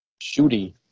Shooty